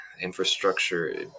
infrastructure